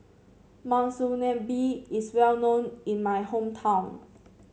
Monsunabe is well known in my hometown